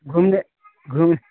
घूमने घूमे